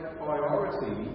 priority